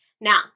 Now